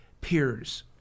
peers